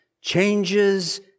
changes